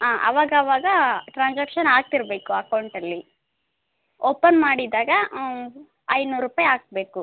ಹಾಂ ಆವಾಗವಾಗ ಟ್ರಾನ್ಸಾಕ್ಷನ್ ಆಗ್ತಿರಬೇಕು ಅಕೌಂಟಲ್ಲಿ ಓಪನ್ ಮಾಡಿದಾಗ ಐನೂರು ರೂಪಾಯಿ ಹಾಕ್ಬೇಕು